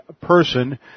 person